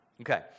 Okay